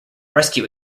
rescue